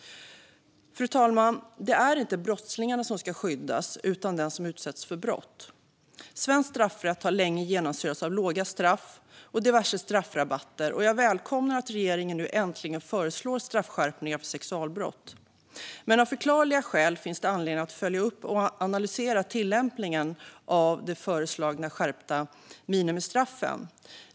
Fru talman! Det är inte brottslingarna som ska skyddas utan den som utsätts för brott. Svensk straffrätt har länge genomsyrats av låga straff och diverse straffrabatter, och jag välkomnar att regeringen nu äntligen föreslår straffskärpningar för sexualbrott. Av förklarliga skäl finns det dock anledning att följa upp och analysera tillämpningen av de föreslagna skärpta minimistraffen.